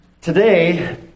Today